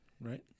right